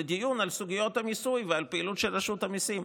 דיון על סוגיות המיסוי ועל הפעילות של רשות המיסים.